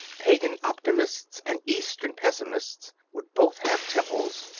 pagan optimists and eastern pessimists would both have temples,